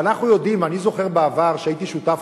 ואנחנו יודעים אני זוכר שהייתי שותף